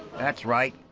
that's right,